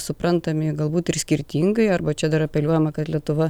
suprantami galbūt ir skirtingai arba čia dar apeliuojama kad lietuva